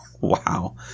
Wow